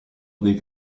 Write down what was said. dei